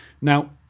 Now